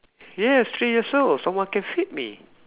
yes three years old someone can feed me